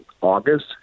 August